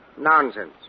Nonsense